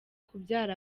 kubyara